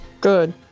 Good